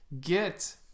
get